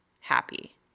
happy